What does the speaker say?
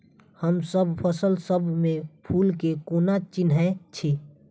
हमसब फसल सब मे फूल केँ कोना चिन्है छी?